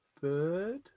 Bird